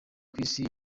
kw’isi